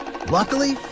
Luckily